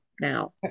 now